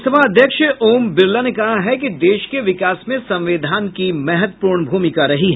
लोकसभा अध्यक्ष ओम बिरला ने कहा है कि देश के विकास में संविधान की महत्वपूर्ण भूमिका रही है